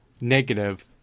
negative